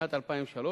משנת 2003,